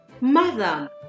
mother